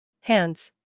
hands